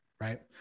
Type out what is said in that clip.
right